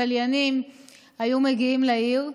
צליינים היו מגיעים לעיר.